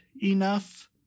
enough